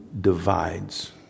divides